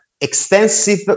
extensive